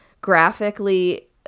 graphically